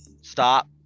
stop